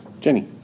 Jenny